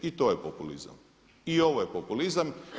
I to je populizam i ovo je populizam.